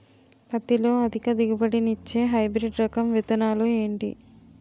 పత్తి లో అధిక దిగుబడి నిచ్చే హైబ్రిడ్ రకం విత్తనాలు ఏంటి